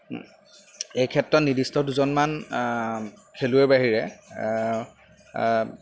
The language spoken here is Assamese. এই ক্ষেত্ৰত নিৰ্দিষ্ট দুজনমান খেলুৱৈ বাহিৰে